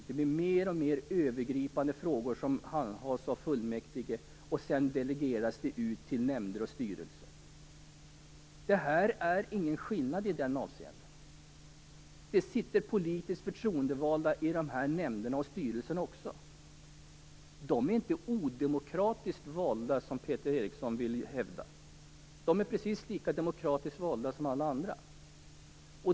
Alltfler övergripande frågor handhas i fullmäktige. De delegeras sedan till nämnder och styrelser. Detta förslag innebär ingen skillnad i det avseendet. Det sitter politiskt förtroendevalda även i dessa nämnder och styrelser. De är inte odemokratiskt valda, som Peter Eriksson vill hävda. De är precis lika demokratiskt valda som alla andra.